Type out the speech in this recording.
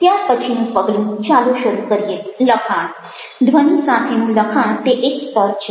ત્યાર પછીનું પગલું ચાલો શરૂ કરીએ લખાણ ધ્વનિ સાથેનું લખાણ તે એક સ્તર છે